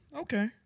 Okay